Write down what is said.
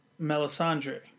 Melisandre